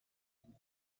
jeden